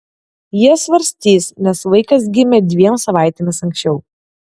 jie svarstys nes vaikas gimė dviem savaitėmis anksčiau